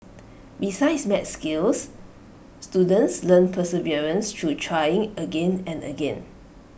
besides maths skills students learn perseverance through trying again and again